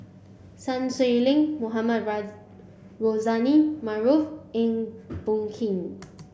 Sun Xueling Mohamed Rozani Maarof Eng Boh Kee